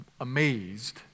amazed